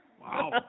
Wow